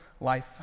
life